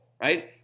right